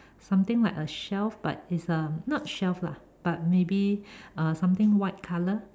something like a shelf but it's uh not shelf lah but maybe something white color